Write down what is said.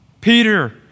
Peter